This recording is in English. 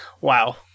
wow